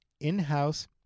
in-house